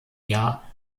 jahr